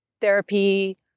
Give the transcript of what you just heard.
therapy